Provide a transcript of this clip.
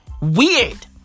weird